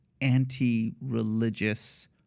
anti-religious